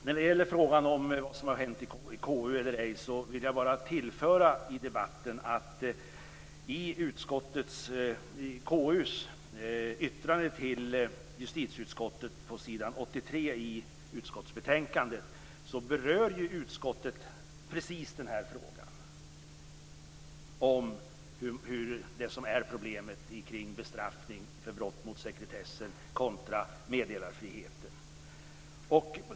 När det gäller vad som har hänt eller inte hänt i konstitutionsutskottet vill jag bara tillföra debatten att konstitutionsutskottet i sitt yttrande till justitieutskottet, på s. 83 i utskottsbetänkandet, berör precis det som är problemet kring bestraffning för brott mot sekretessen kontra meddelarfriheten.